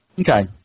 Okay